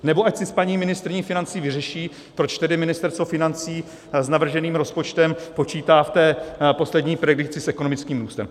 Nebo ať si s paní ministryní financí vyřeší, proč tedy Ministerstvo financí s navrženým rozpočtem počítá v té poslední predikci s ekonomickým růstem.